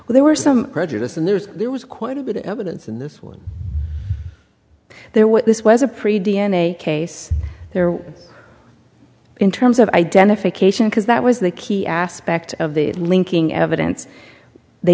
it there were some prejudice and there's there was quite a bit of evidence in this one there was this was a pre d n a case there in terms of identification because that was the key aspect of the linking evidence they